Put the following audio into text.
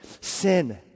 sin